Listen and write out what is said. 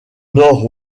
nord